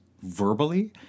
verbally